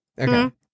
Okay